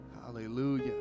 Hallelujah